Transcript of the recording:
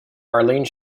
arlene